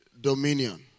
dominion